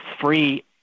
free